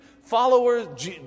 followers